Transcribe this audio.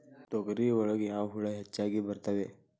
ತೊಗರಿ ಒಳಗ ಯಾವ ಹುಳ ಹೆಚ್ಚಾಗಿ ಬರ್ತವೆ?